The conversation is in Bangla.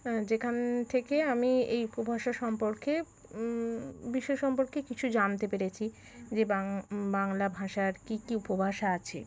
যেখান থেকে আমি এই উপভাষা সম্পর্কে বিষয় সম্পর্কে কিছু জানতে পেরেছি যে বাংলা ভাষার কী কী উপভাষা আছে